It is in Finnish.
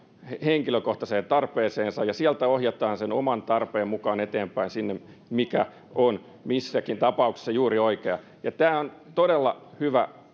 henkilökohtaiseen tarpeeseen ja sieltä ohjataan sen oman tarpeen mukaan eteenpäin sinne mikä on missäkin tapauksessa juuri oikea paikka tämä on todella hyvä